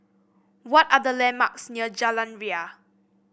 what are the landmarks near Jalan Ria